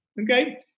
okay